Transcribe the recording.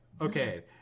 Okay